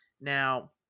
Now